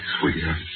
sweetheart